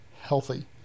healthy